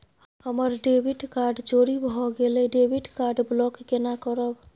हमर debit card चोरी भगेलै डेबिट कार्ड ब्लॉक केना करब?